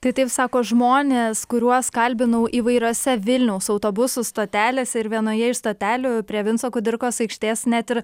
tai taip sako žmonės kuriuos kalbinau įvairiose vilniaus autobusų stotelėse ir vienoje iš stotelių prie vinco kudirkos aikštės net ir